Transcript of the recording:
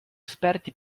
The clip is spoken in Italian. esperti